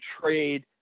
trade